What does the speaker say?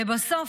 לבסוף,